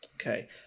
Okay